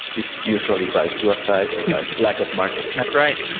it's usually by suicide or by lack of market. that's right.